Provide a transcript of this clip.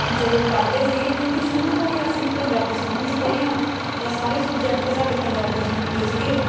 ਜਦੋਂ ਪੜ੍ਹਦੇ ਸੀਗੇ ਕਿਉਂਕਿ ਸ਼ੁਰੂ ਤੋਂ ਹੀ ਅਸੀਂ ਪੰਜਾਬੀ ਸਕੂਲ 'ਚ ਪੜ੍ਹੇ ਹਾਂ ਤਾਂ ਸਾਰੇ ਸਬਜੈਕਟ ਸਾਡੇ ਪੰਜਾਬੀ 'ਚ ਹੁੰਦੇ ਸੀਗੇ